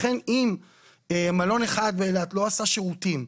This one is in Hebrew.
לכן אם מלון אחד באילת לא עשה שירותים,